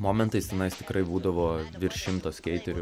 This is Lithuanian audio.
momentais tenais tikrai būdavo virš šimto skeiterių